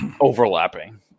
overlapping